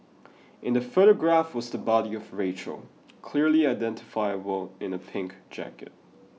in the photograph was the body of Rachel clearly identifiable in a pink jacket